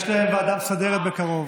יש להם ועדה מסדרת בקרוב.